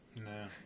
No